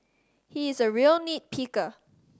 he is a real nit picker